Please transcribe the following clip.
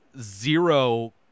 zero